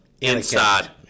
Inside